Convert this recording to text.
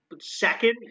second